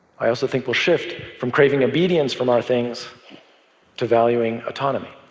i also think we'll shift from craving obedience from our things to valuing autonomy.